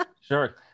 sure